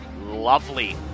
Lovely